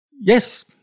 Yes